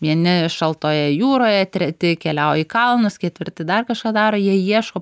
vieni šaltoje jūroje treti keliauja į kalnus ketvirti dar kažką daro jie ieško